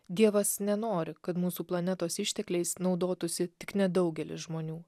dievas nenori kad mūsų planetos ištekliais naudotųsi tik nedaugelis žmonių